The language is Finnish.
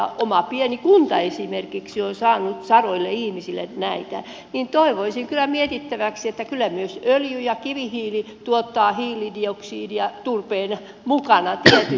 kun oma pieni kunta esimerkiksi on saanut sadoille ihmisille näitä niin toivoisin kyllä mietittäväksi että kyllä myös öljy ja kivihiili tuottavat hiilidioksidia turpeen mukana tietysti